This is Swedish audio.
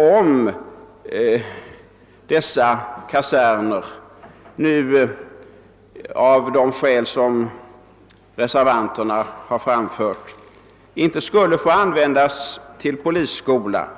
Om dessa kaserner av de skäl som reservanterna anfört inte skulle få användas till polisskola,